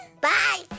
Bye